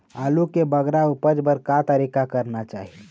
आलू के बगरा उपज बर का तरीका करना चाही?